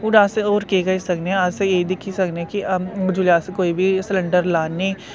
और अस्स और केह् करी सकने आं अस एह् दिक्खी सकने कि जोल्ले अस कोई बी सिलेंडर लान्ने